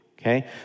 okay